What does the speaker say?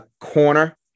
Corner